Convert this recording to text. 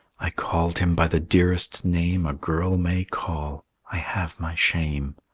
i called him by the dearest name a girl may call i have my shame.